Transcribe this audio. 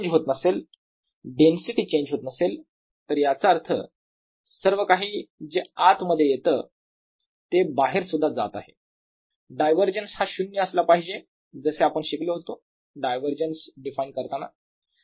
j∂ρ∂t0 जर 𝛒 चेंज होत नसेल डेन्सिटी चेंज होत नसेल तर याचा अर्थ सर्व काही जे आत मध्ये येत आहे ते बाहेर सुद्धा जात आहे डायवरजन्स हा शून्य असला पाहिजे जसे आपण शिकलो होतो डायवरजन्स डिफाइन करताना